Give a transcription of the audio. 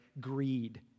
greed